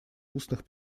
устных